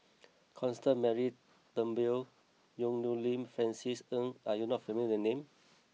Constance Mary Turnbull Yong Nyuk Lin Francis Ng are you not familiar the names